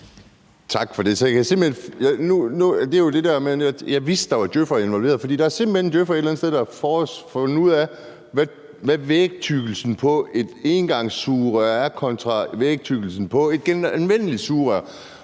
Tak for det. Jeg vidste, at der var djøf'ere involveret, for der er simpelt hen en djøf'er et eller andet sted, der har fundet ud af, hvad vægtykkelsen på et engangssugerør er kontra vægtykkelsen på et genanvendeligt sugerør.